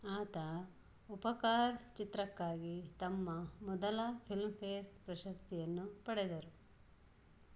ಆತ ಉಪಕಾರ್ ಚಿತ್ರಕ್ಕಾಗಿ ತಮ್ಮ ಮೊದಲ ಫಿಲ್ಮ್ಫೇರ್ ಪ್ರಶಸ್ತಿಯನ್ನು ಪಡೆದರು